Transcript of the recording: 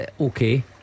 okay